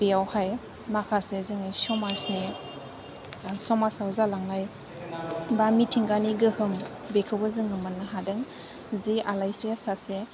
बेयावहाय माखासे जोंनि समाजनि समाजाव जालांनाय बा मिथिंगानि गोहोम बेखौबो जोङो मोननो हादों जे आलायस्रिया सासे